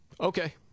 Okay